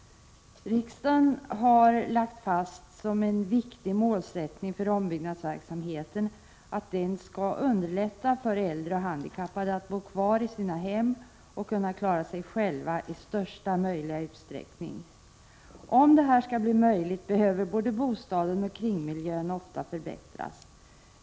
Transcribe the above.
Riksdagen har lagt fast som en viktig målsättning för ombyggnadsverksamheten att den skall underlätta för äldre och handikappade att bo kvar i sina hem och klara sig själva i största möjliga utsträckning. Om detta skall bli möjligt behöver ofta både bostaden och kringmiljön förbättras.